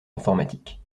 informatique